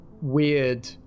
weird